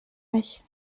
mich